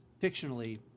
fictionally